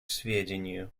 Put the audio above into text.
сведению